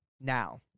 Now